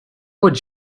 would